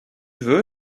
veux